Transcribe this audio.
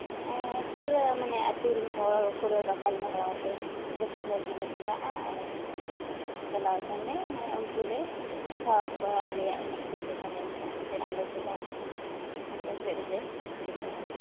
ᱯᱩᱨᱟᱹ ᱢᱟᱱᱮ ᱟᱹᱛᱩ ᱨᱤᱱ ᱦᱚᱲ ᱯᱩᱨᱟᱹ ᱢᱟᱱᱮ ᱜᱟᱯᱟᱞ ᱢᱟᱨᱟᱣᱟᱛᱮᱫ ᱡᱚᱛᱚ ᱦᱚᱲ ᱜᱮᱞᱮ ᱪᱟᱞᱟᱜᱼᱟ ᱟᱨ ᱪᱟᱞᱟᱣ ᱠᱟᱛᱮᱱ ᱞᱮ ᱩᱱᱠᱩ ᱞᱮ ᱫᱮᱠᱷᱟᱣᱟᱠᱚᱣᱟ ᱟᱞᱮᱭᱟᱜ ᱮᱱᱮᱡ ᱪᱮᱫᱞᱮᱠᱟ ᱞᱮ ᱮᱱᱮᱡᱼᱟ ᱢᱮᱱᱛᱮ ᱟᱞᱮ ᱥᱮᱫᱟᱜ ᱟᱠᱚ ᱥᱮᱫ ᱨᱮᱞᱮ ᱫᱮᱠᱷᱟᱣᱟ